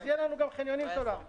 אז יהיו לנו גם חניונים סולאריים.